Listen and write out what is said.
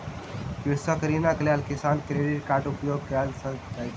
कृषक ऋणक लेल किसान क्रेडिट कार्डक उपयोग कय सकैत छैथ